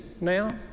now